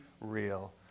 real